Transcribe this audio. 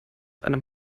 einem